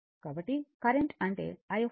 కాబట్టి కరెంట్ అంటే i∞ Vs R